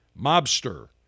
mobster